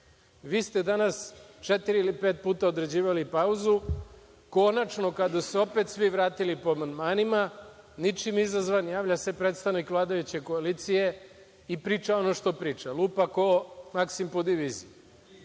ste danas četiri ili pet puta određivali pauzu. Konačno kada su se svi vratili po amandmanima, ničim izazvan javlja se predstavnik vladajuće koalicije i priča ono što priča. Lupa ko Maksim po diviziji.